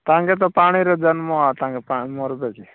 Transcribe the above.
ତାଙ୍କେ ତ ପାଣିରେ ଜନ୍ମ ଆଉ ତାଙ୍କେ ପାଣି ମରିବେ କି